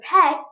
pet